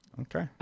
Okay